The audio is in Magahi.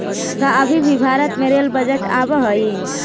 का अभी भी भारत में रेल बजट आवा हई